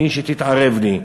מי היא שתתערב לי.